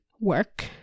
work